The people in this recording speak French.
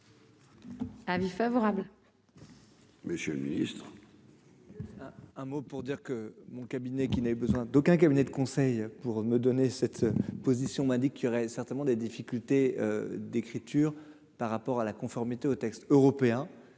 Un mot pour dire que mon cabinet qui n'a eu besoin d'aucun cabinet de conseil pour me donner cette position m'indique qu'il aurait certainement des difficultés d'écriture par rapport à la conformité aux textes européens